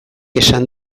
esan